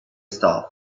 stuff